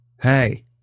Hey